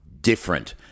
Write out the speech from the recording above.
different